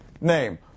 name